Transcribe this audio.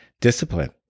discipline